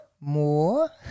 more